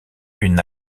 une